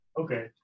Okay